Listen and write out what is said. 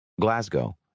Glasgow